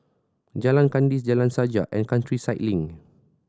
Jalan Kandis Jalan Sajak and Countryside Link